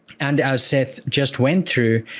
and as seth just went through,